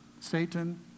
Satan